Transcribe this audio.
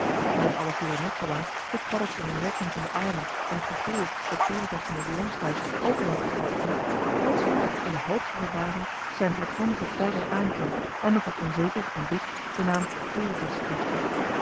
en dat alles duurde net zoolang tot paddeltje in een rekking van de armen en een gegeeuw dat veritas van den weeromstuit ook al aan t gapen ging plotseling in de hoogste verbazing zijn hardhandigen porder aankeek en nog wat onzeker en dik den naam veritas uitsprak